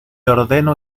ordeno